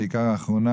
בעיקר השאלה האחרונה,